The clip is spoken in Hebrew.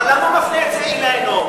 למה הוא מפנה את זה אלינו?